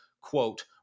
quote